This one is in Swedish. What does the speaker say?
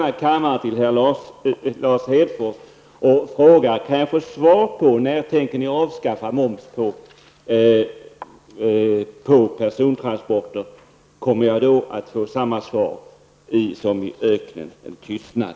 Om jag ropar till Lars Hedfors i denna kammare, kan jag få svar på när ni tänker avskaffa momsen på persontransporter, eller kommer jag då att få samma svar som i öknen, en tystnad?